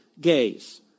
gays